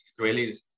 Israelis